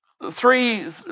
Three